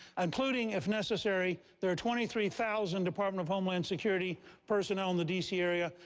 including, if necessary there are twenty three thousand department of homeland security personnel in the d c. area.